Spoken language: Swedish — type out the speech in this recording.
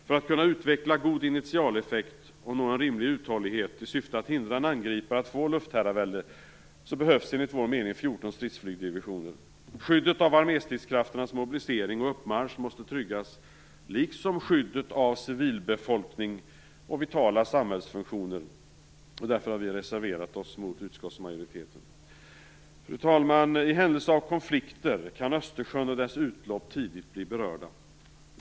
För att kunna utveckla god initialeffekt och nå en rimlig uthållighet i syfte att hindra en angripare att få luftherravälde behövs, enligt vår mening, 14 stridsflygdivisioner. Skyddet av arméstridskrafternas mobilisering och uppmarsch måste tryggas liksom skyddet av civilbefolkning och vitala samhällsfunktioner. Därför har vi reserverat oss mot utskottsmajoritetens förslag. Fru talman! I händelse av konflikter kan Östersjön och dess utlopp tidigt bli berörda.